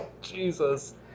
Jesus